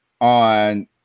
on